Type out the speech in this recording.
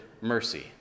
mercy